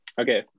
Okay